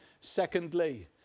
secondly